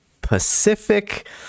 Pacific